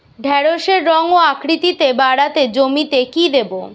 ঢেঁড়সের রং ও আকৃতিতে বাড়াতে জমিতে কি দেবো?